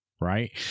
Right